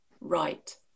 right